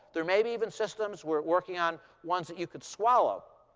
there may be even systems we're working on ones that you could swallow,